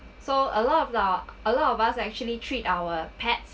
so a lot of lah a lot of us actually treat our pets